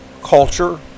culture